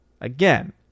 again